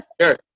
Sure